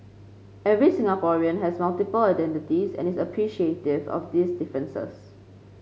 every Singaporean has multiple identities and is appreciative of these differences